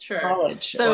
college